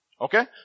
Okay